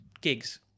gigs